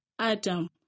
Adam